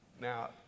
Now